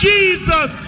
Jesus